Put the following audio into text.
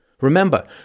Remember